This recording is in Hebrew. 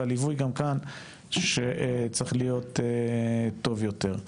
והליווי גם כאן צריך להיות טוב יותר.